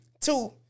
two